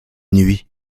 nuits